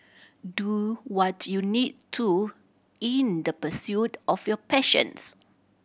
do what you need to in the pursuit of your passions